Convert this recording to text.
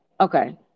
Okay